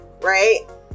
Right